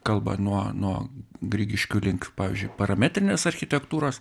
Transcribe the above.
kalbą nuo nuo grigiškių link pavyzdžiui parametrinės architektūros